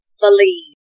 believe